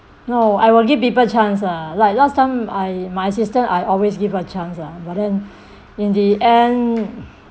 no I will give people chance lah like last time I my sister I always give her chance lah but then in the end